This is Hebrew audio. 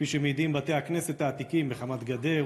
כפי שמעידים בתי הכנסת העתיקים בחמת גדר,